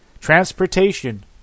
transportation